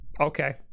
okay